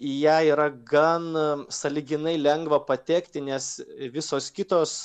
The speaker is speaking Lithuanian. į ją yra gan sąlyginai lengva patekti nes visos kitos